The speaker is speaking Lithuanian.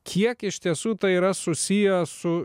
kiek iš tiesų tai yra susiję su